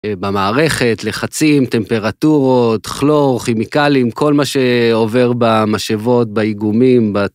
במערכת, לחצים, טמפרטורות, כלור, כימיקלים, כל מה שעובר במשאבות, באיגומים